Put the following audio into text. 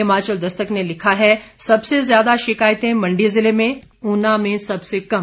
हिमाचल दस्तक ने लिखा है सबसे ज्यादा शिकायतें मंडी जिले में उना में सबसे कम